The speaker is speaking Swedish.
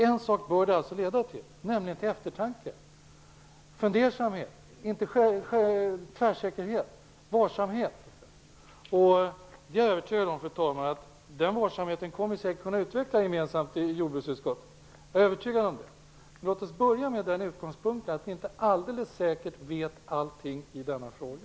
En sak bör det leda till, nämligen till eftertanke och fundersamhet, inte tvärsäkerhet utan varsamhet. Jag är övertygad om att vi säkert kommer att kunna utveckla den varsamheten gemensamt i jordbruksutskottet. Låt oss börja med den utgångspunkten att vi inte alldeles säkert vet allting i denna fråga.